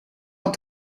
kan